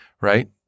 right